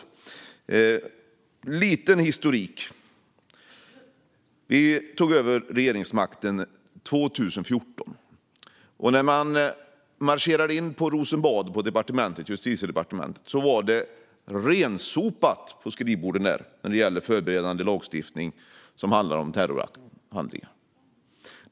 En liten historik: Vi tog över regeringsmakten år 2014. När man marscherade in på Rosenbad och på Justitiedepartementet fann man att det var rensopat på skrivborden när det gällde förberedande lagstiftning om terrorhandlingar.